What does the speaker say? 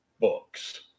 books